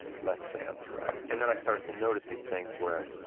less band throughout. and then i started to notice these things where,